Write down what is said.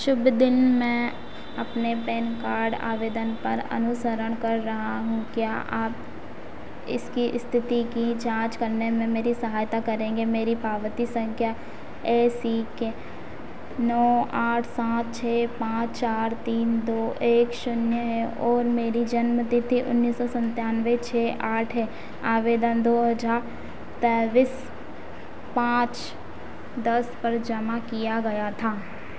शुभ दिन मैं अपने पैन कार्ड आवेदन पर अनुसरण कर रहा हूँ क्या आप इसकी इस्थिति की जाँच करने में मेरी सहायता करेंगे मेरी पावती सँख्या ए सी के नौ आठ सात छह पाँच चार तीन दो एक शून्य है और मेरी जन्म तिथि उन्नीस सौ सन्तानवे छह आठ है आवेदन दो हज़ार पाँच दस पर जमा किया गया था